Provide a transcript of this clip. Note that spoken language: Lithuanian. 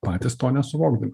patys to nesuvokdami